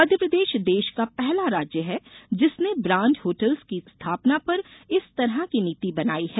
मध्यप्रदेश देश का पहला राज्य है जिसने ब्राण्ड होटल्स की स्थापना पर इस तरह की नीति बनाई है